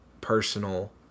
personal